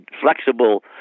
flexible